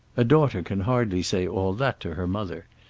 a daughter can hardly say all that to her mother.